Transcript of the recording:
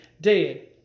dead